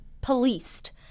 policed